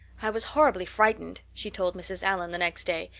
i was horribly frightened, she told mrs. allan the next day,